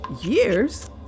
Years